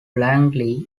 langley